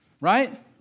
Right